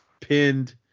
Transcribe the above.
pinned